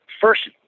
First